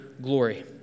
glory